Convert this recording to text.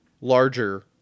larger